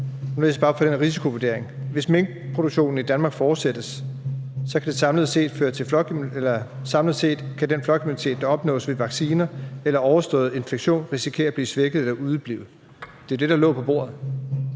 Nu læser jeg bare op fra risikovurderingen: »Hvis minkproduktionen fortsættes i Danmark ... Samlet set kan den flokimmunitet, der opnås ved vacciner eller overstået infektion, risikere at blive svækket eller udeblive.« Det var det, der lå på bordet.